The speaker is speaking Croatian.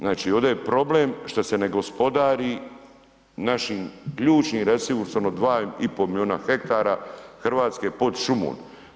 Znači ovdje je problem što se ne gospodari našim ključnim resursom od 2,5 milijuna hektara Hrvatske pod šumom.